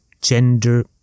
gender